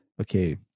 okay